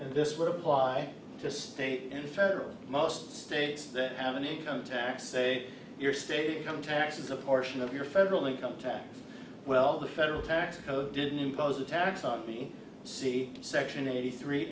and this would apply to state and federal most states that have an income tax say your state income taxes a portion of your federal income tax well the federal tax code didn't impose a tax on the c section eighty three